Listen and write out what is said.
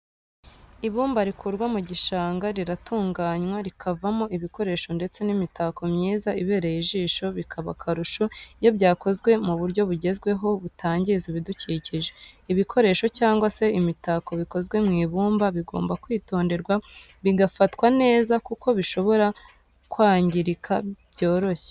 Ibumba rikurwa mu gishanga riratunganywa rikavamo ibikoresho ndetse n'imitako myiza ibereye ijisho bikaba akarusho iyo byakozwe mu buryo bugezweho butangiza ibidukikije. ibikoresho cyangwa se imitako bikozwe mu ibumba bigomba kwitonderwa bigafatwa neza kuko bishobora kwangirika byoroshye.